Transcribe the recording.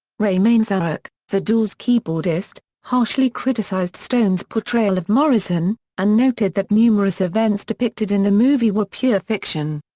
ray manzarek, the doors' keyboardist, harshly criticized stone's portrayal of morrison, and noted that numerous events depicted in the movie were pure fiction.